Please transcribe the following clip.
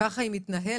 ככה היא מתנהלת.